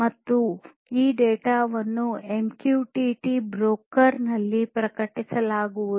ಮತ್ತು ಈ ಡೇಟಾ ವನ್ನು ಎಂಕ್ಯೂಟಿಟಿ ಬ್ರೋಕರ್ ನಲ್ಲಿ ಪ್ರಕಟಿಸಲಾಗುವುದು